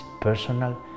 personal